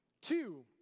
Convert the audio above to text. Two